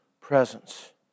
presence